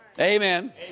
Amen